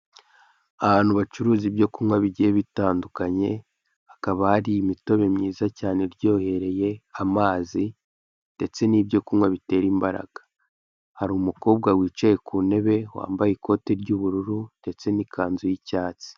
Ahantu bacuruza ibyo kunywa bigiye bitandukanye, hakaba hari imitobe myiza cyane iryohereye, amazi ndetse n'ibyo kunywa bitera imbaraga, hari umukobwa wicaye ku ntebe wambaye ikote ry'ubururu ndetse n'ikanzu y'icyatsi.